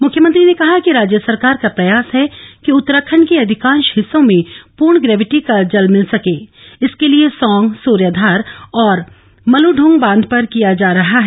मुख्यमंत्री ने कहा कि राज्य सरकार का प्रयास है कि उत्तराखण्ड के अधिकांश हिस्सों में पूर्ण ग्रेविटी का जल मिल सके इसके लिए सौंग स्र्यघार और मलदृंग बांघ पर कार्य किया जा रहा है